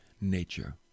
nature